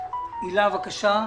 בבקשה,